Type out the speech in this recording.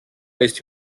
ist